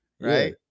Right